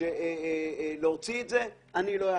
הסעיף הזה לא היה